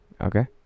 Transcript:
okay